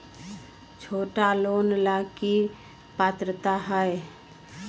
छोटा लोन ला की पात्रता है?